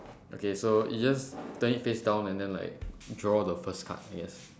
okay so is just turn it face down and then like draw the first card I guess